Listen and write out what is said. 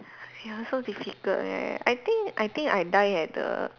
ya so difficult leh I think I think I die at the